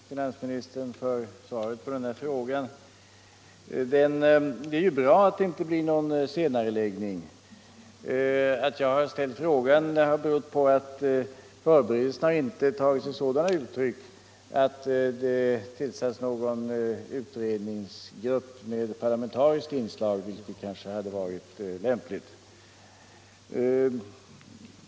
Herr talman! Jag tackar finansministern för svaret på den här frågan. Det är bra att det inte blir någon senareläggning. Att jag har ställt frågan har berott på att förberedelserna inte har tagit sig sådana uttryck att det tillsatts någon utredningsgrupp med parlamentariskt inslag, vilket kanske hade varit lämpligt.